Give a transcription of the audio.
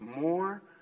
More